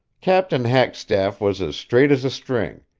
captain hackstaff was as straight as a string,